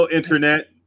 Internet